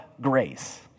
grace